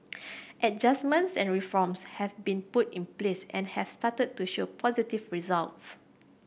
adjustments and reforms have been put in place and have started to show positive results